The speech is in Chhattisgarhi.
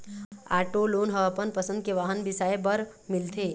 आटो लोन ह अपन पसंद के वाहन बिसाए बर मिलथे